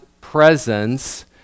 presence